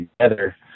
together